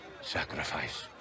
sacrifice